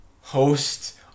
host